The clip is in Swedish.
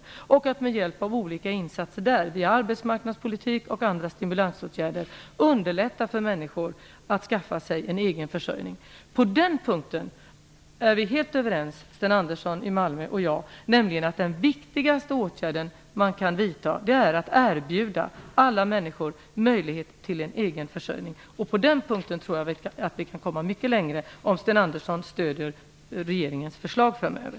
Och det är viktigt att man med hjälp av olika insatser, via arbetsmarknadspolitiken och andra stimulansåtgärder, underlättar för människor att skaffa sig en egen försörjning. Sten Andersson och jag är helt överens om att det viktigaste man kan göra är att erbjuda alla människor möjlighet till en egen försörjning. På den punkten tror jag att vi kan komma mycket längre om Sten Andersson stöder regeringens förslag framöver.